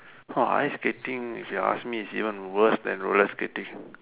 !wah! ice skating if you ask me is even worst then roller skating